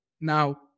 Now